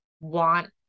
want